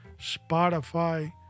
Spotify